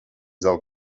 del